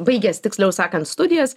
baigęs tiksliau sakant studijas